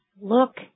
Look